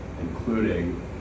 including